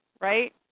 right